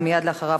ומייד אחריו,